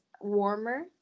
warmer